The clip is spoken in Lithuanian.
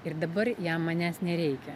ir dabar jam manęs nereikia